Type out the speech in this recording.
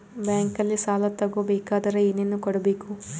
ಬ್ಯಾಂಕಲ್ಲಿ ಸಾಲ ತಗೋ ಬೇಕಾದರೆ ಏನೇನು ಕೊಡಬೇಕು?